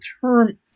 term